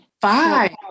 Five